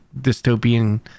dystopian